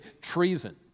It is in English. treason